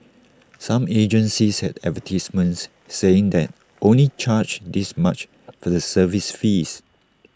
some agencies had advertisements saying they only charge this much for the service fees